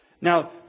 Now